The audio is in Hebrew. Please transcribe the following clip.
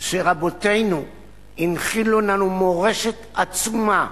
שרבותינו הנחילו לנו מורשת עצומה,